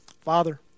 Father